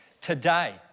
Today